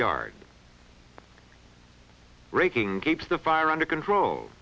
yard breaking keeps the fire under control